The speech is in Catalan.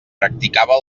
practicava